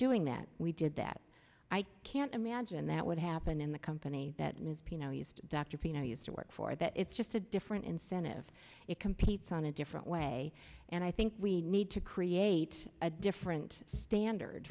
doing that we did that i can't imagine that would happen in the company that is used dr peeno used to work for that it's just a different incentive it competes on a different way and i think we need to create a different standard